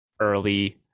early